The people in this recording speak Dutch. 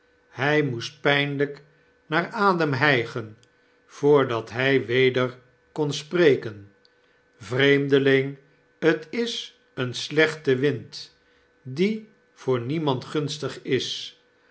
hij moest pynlyk naar adera hygen voordat hy weder konspreken vreemdeling t is een slechte wind die voor niemand gunstig is